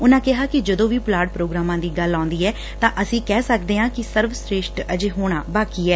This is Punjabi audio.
ਉਨਾਂ ਕਿਹਾ ਕਿ ਜਦੋਂ ਵੀ ਪੁਲਾਤ ਪ੍ਰੋਗਰਾਮਾਂ ਦੀ ਗੱਲ ਆਉਂਦੀ ਐ ਤਾਂ ਅਸੀਂ ਕਹਿ ਸਕਦੇ ਆਂ ਕਿ ਸਰਵਸ੍ਤੇਸ਼ਟ ਅਜੇ ਹੋਣਾ ਐ